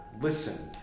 listen